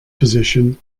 position